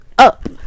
up